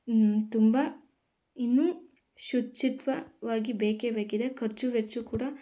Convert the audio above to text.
ತುಂಬ ಇನ್ನೂ ಶುಚಿತ್ವವಾಗಿ ಬೇಕೇ ಬೇಕಿದೆ ಖರ್ಚು ವೆಚ್ಚ ಕೂಡ